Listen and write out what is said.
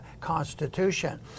Constitution